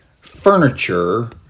furniture